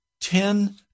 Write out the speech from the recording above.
ten